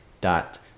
dot